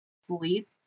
sleep